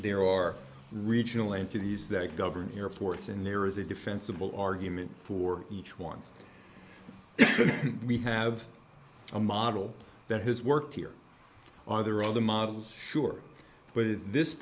there are regional entities that govern airports and there is a defensible argument for each one we have a model that has worked here are there other models sure but this